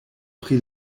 pri